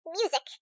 music